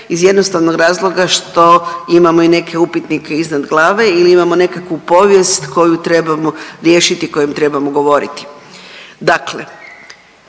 iz jednostavnog razloga što imamo i neke upitnike iznad glave ili imamo nekakvu povijest koju trebamo riješiti i o kojem trebamo govoriti.